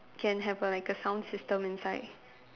can have a like a sound system inside